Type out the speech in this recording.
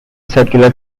circular